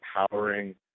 empowering